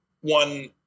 one